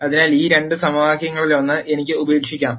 അതിനാൽ ഈ രണ്ട് സമവാക്യങ്ങളിലൊന്ന് എനിക്ക് ഉപേക്ഷിക്കാം